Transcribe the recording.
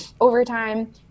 overtime